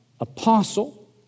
apostle